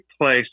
place